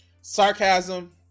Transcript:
sarcasm